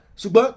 suba